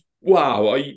wow